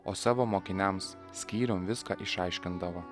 o savo mokiniams skyrium viską išaiškindavo